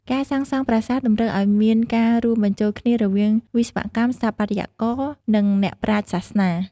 ការសាងសង់ប្រាសាទតម្រូវឲ្យមានការរួមបញ្ចូលគ្នារវាងវិស្វករ ស្ថាបត្យករ និងអ្នកប្រាជ្ញសាសនា។